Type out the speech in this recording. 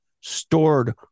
stored